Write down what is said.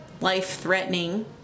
life-threatening